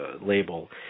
label